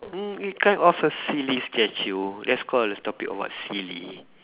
mm it kind of a silly statue that's call a topic on what silly